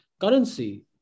currency